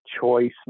choice